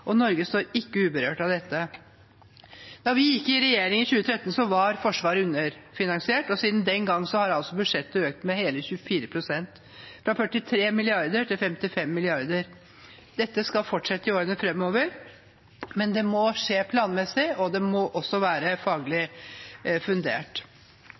endring. Norge er ikke uberørt av dette. Da vi gikk i regjering i 2013, var Forsvaret underfinansiert, og siden den gang har budsjettet økt med hele 24 pst. – fra 43 mrd. kr til 55 mrd. kr. Dette skal fortsette i årene framover, men det må skje planmessig, og det må også være faglig fundert.